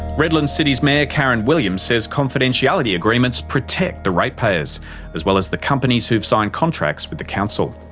redland city's mayor karen williams says confidentiality agreements protect the ratepayers as well as the companies who've signed contracts with the council.